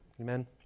Amen